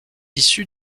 issu